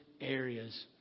areas